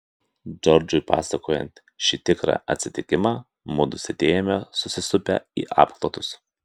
džordžui pasakojant šį tikrą atsitikimą mudu sėdėjome susisupę į apklotus